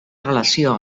relació